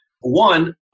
One